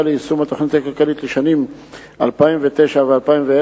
ליישום התוכנית הכלכלית לשנים 2009 ו-2010),